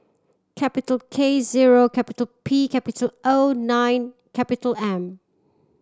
capital K zero capital P capital O nine capital M